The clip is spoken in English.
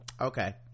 Okay